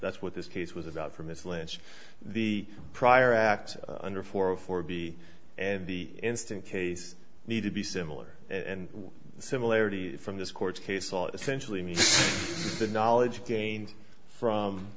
that's what this case was about for mr lynch the prior act under for a four b and the instant case need to be similar and similarities from this court case all essentially means the knowledge gained from